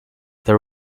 there